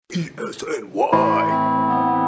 E-S-N-Y